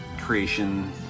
creation